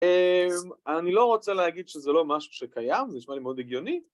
אני לא רוצה להגיד שזה לא משהו שקיים, זה נשמע לי מאוד הגיוני